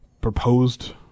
proposed